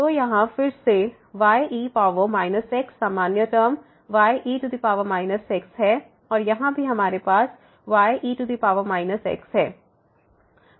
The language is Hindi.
तो यहाँ फिर से y e power minus x सामान्य टर्म y e x है और यहाँ भी हमारे पास y e x है